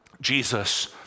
Jesus